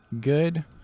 good